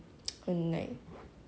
say about this kind of stuff [one]